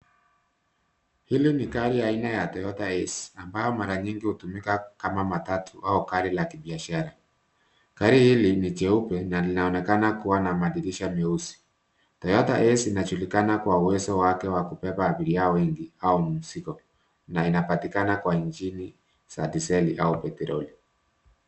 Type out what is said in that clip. Hili ni gari aina ya Toyota Ace ambao mara nyingi hutumika kama matatu au gari la kibisashara. Gari hili ni jeupe na linaonekana kuwa na madirisha meusi. Toyota Ace inajulikana kwa uwezo wake wa kubeba abiria wengi au mzigo na inapatikana kwa ingini za dizeli au petroli.